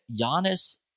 Giannis